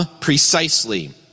precisely